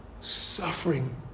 Suffering